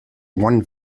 one